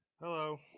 Hello